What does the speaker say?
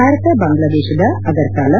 ಭಾರತ ಬಾಂಗ್ಲಾದೇಶದ ಅಗರ್ತಾಲ